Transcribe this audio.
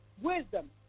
wisdom